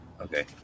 Okay